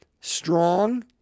strong